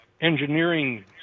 engineering